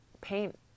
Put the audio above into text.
paint